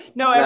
no